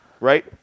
right